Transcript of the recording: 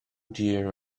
dear